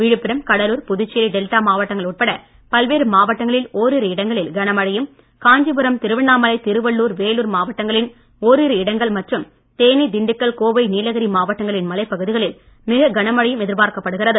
Villupuram Cuddalore Puducherry delta மாவட்டங்கள் உட்பட பல்வேறு மாவட்டங்களில் ஓரிரு இடங்களில் கனமழையும் காஞ்சிபுரம் திருவண்ணாமலை திருவள்ளுர் வேலூர் மாவட்டங்களின் ஓரிரு இடங்கள் மற்றும் தேனி திண்டுக்கல் கோவை நீலகிரி மாவட்டங்களின் மலைப் பகுதிகளில் மிக கனமழையும் எதிர்பார்க்கப்படுகிறது